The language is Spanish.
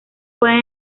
pueden